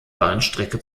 bahnstrecke